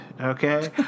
okay